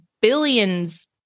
billions